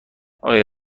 آیا